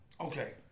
Okay